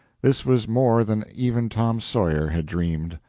this was more than even tom sawyer had dreamed.